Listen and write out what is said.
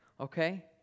okay